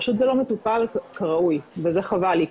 פשוט זה לא מטופל כראוי וזה חבל לי,